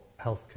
healthcare